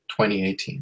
2018